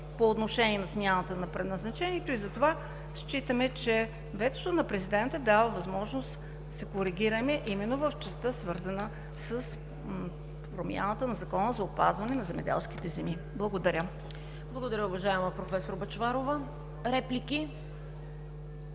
по отношение на смяната на предназначението и затова считаме, че ветото на президента дава възможност да се коригираме именно в частта, свързана с промяната на Закона за опазване на земеделските земи. Благодаря. ПРЕДСЕДАТЕЛ ЦВЕТА КАРАЯНЧЕВА: Благодаря, уважаема професор Бъчварова. Реплики?